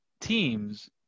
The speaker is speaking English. teams